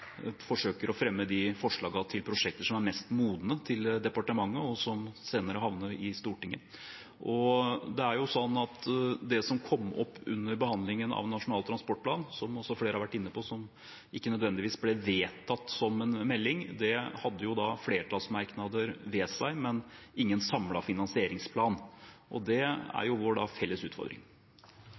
forsøker å fremme de forslagene til prosjekter som er mest modne til departementet, og som senere havner i Stortinget. Det som kom opp under behandlingen av Nasjonal transportplan – som også flere har vært inne på – som ikke nødvendigvis ble vedtatt som en melding, var at den hadde flertallsmerknader, men ingen samlet finansieringsplan. Det er vår felles utfordring.